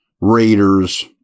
Raiders